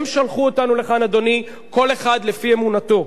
הם שלחו אותנו לכאן, אדוני, כל אחד לפי אמונתו,